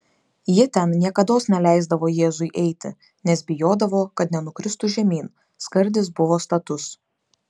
ji ten niekados neleisdavo jėzui eiti nes bijodavo kad nenukristų žemyn skardis buvo status